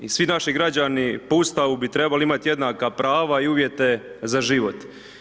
I svi naši građani po Ustavu bi trebali imati jednaka prava i uvjete za život.